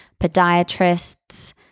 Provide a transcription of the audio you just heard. podiatrists